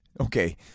okay